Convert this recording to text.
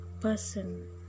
person